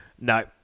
No